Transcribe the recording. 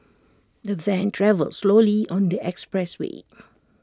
the van travelled slowly on the expressway